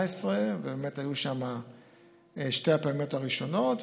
ב-2018, היו שם שתי הפעמים הראשונות.